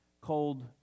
cold